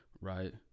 right